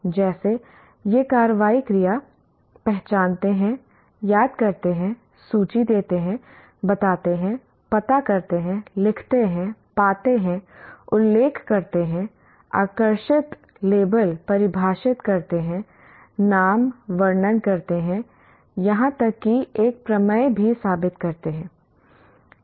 जैसे ये कार्रवाई क्रिया पहचानते हैं याद करते हैं सूची देते हैं बताते हैं पता करते हैं लिखते हैं पाते हैं उल्लेख करते हैं आकर्षित लेबल परिभाषित करते हैं नाम वर्णन करते हैं यहां तक कि एक प्रमेय भी साबित करते हैं